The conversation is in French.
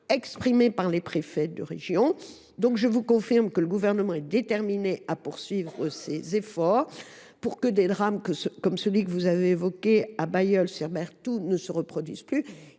exprimés par les préfets de région. Je vous confirme que le Gouvernement est déterminé à poursuivre ses efforts pour que des drames comme celui de Bailleul Sir Berthoult ne se reproduisent plus.